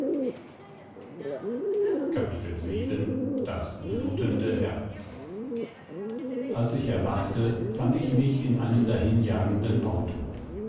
boden klabund als ich erwachte fand ich mich in einem dahinjagenden auto